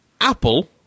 Apple